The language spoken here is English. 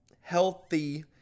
healthy